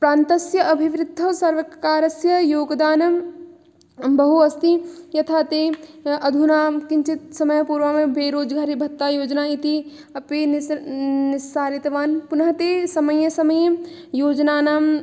प्रान्त्यस्य अभिवृद्धौ सर्वकारस्य योगदानं बहु अस्ति यथा ते अधुना किञ्चित् समयपूर्वम् एव बेरोजगारीभत्तायोजना इति अपि निस्सारितवान् पुनः ते समये समये योजनानां